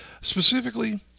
Specifically